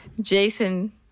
Jason